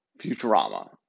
Futurama